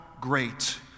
great